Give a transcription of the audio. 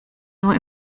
nur